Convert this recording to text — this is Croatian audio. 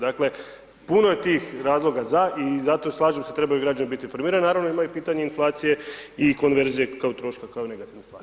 Dakle, puno je tih razloga za i zato, slažem se trebaju građani biti informirani, naravno imaju pitanje inflacije i konverzije kao troška kao negativne stvari.